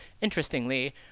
Interestingly